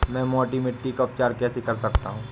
मैं मोटी मिट्टी का उपचार कैसे कर सकता हूँ?